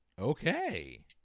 Okay